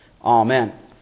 Amen